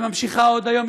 וממשיכה עוד היום.